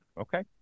Okay